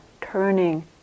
turning